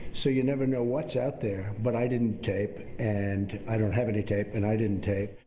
so you never know what's out there, but i didn't tape, and i don't have any tape, and i didn't tape.